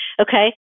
Okay